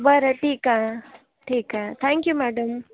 बरं ठीक आहे ठीक आहे थँक्यू मॅडम